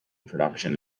production